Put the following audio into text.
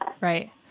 Right